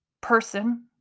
person